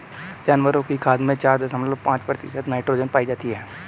जानवरों की खाद में चार दशमलव पांच प्रतिशत नाइट्रोजन पाई जाती है